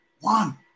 One